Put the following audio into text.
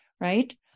right